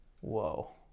Whoa